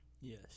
Yes